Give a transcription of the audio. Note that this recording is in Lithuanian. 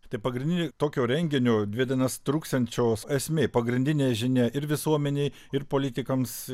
tai pagrindinė tokio renginio dvi dienas truksiančios esmė pagrindinė žinia ir visuomenei ir politikams